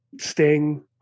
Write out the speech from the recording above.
Sting